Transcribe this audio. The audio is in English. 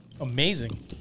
amazing